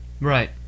Right